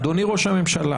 אדוני ראש הממשלה,